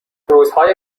روزهای